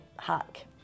hack